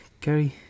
Gary